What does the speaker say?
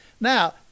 Now